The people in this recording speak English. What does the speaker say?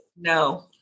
no